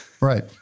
Right